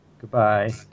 Goodbye